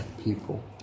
people